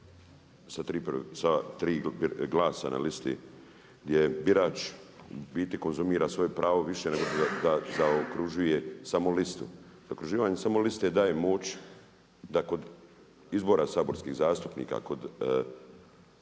sa tri glasa na listi je birač u biti konzumira svoje pravo više nego da zaokružuje samo listu. Zaokruživanje samo liste daje moć da kod izbora saborskih zastupnika,